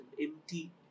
empty